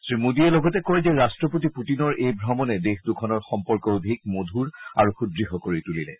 শ্ৰীমোদীয়ে লগতে কয় যে ৰট্টপতি পুটিনৰ এই ভ্ৰমনে দেশ দুখনৰ সম্পৰ্ক অধিক মধুৰ আৰু সুদ্ঢ় কৰি তুলিলে